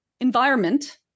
environment